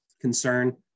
concern